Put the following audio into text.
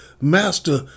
Master